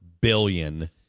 billion